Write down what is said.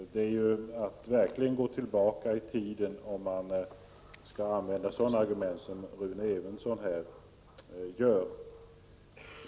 Det är att gå tillbaka i tiden att använda sådana argument som Rune Evensson här tar fram.